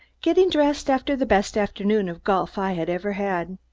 getting dressed after the best afternoon of golf i had ever had.